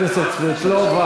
חברת הכנסת סבטלובה.